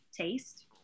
taste